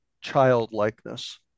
childlikeness